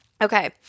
Okay